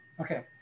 Okay